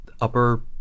upper